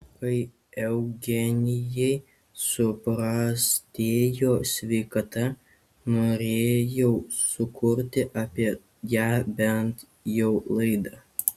kai eugenijai suprastėjo sveikata norėjau sukurti apie ją bent jau laidą